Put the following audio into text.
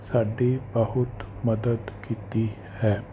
ਸਾਡੀ ਬਹੁਤ ਮਦਦ ਕੀਤੀ ਹੈ